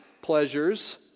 pleasures